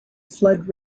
flood